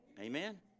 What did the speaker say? Amen